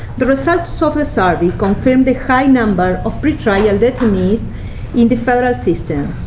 the results of the survey confirm the high number of pre-trial detainees in the federal system.